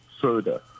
further